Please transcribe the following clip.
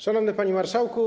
Szanowny Panie Marszałku!